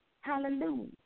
Hallelujah